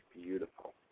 beautiful